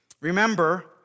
Remember